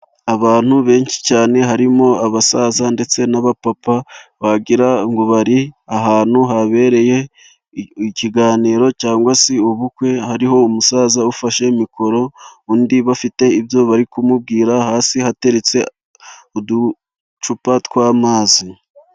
Abantu benshi cyane harimo abasaza ndetse n'aba papa wagira bari ahantu habereye ikiganiro cyangwa se ubukwe, hariho umusaza ufashe mikoro, undi bafite ibyo bari kumubwira, hasi hateretse uducupa tw'amazi.